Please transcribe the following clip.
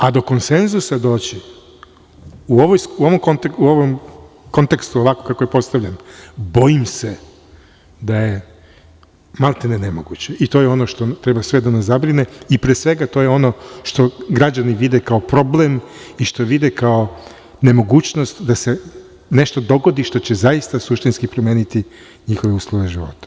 A do konsenzusa doći u ovom kontekstu, ovako kako je postavljen, bojim se da je maltene nemoguće i to je ono što treba sve da nas zabrine i pre svega to je ono što građani vide kao problem i što vide kao nemogućnost da se nešto dogodi što će zaista suštinski promeniti njihove uslove života.